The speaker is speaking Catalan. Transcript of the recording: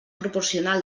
proporcional